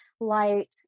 light